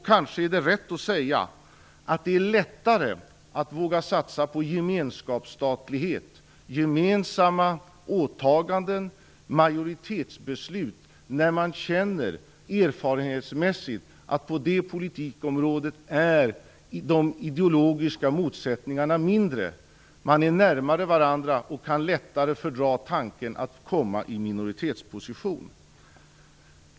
Kanske är det rätt att säga att det är lättare att våga satsa på gemenskapsstatlighet, gemensamma åtaganden och majoritetsbeslut på de politikområden där man erfarenhetsmässigt känner att de ideologiska motsättningarna är mindre. Det handlar om sådana områden där man är närmare varandra och lättare kan fördra tanken på att komma i minoritetsposition.